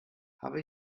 habe